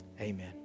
Amen